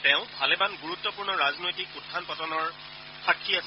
তেওঁ ভালেমান গুৰুত্বপূৰ্ণ ৰাজনৈতিক উখান পতনৰ তেওঁ সাক্ষী আছিল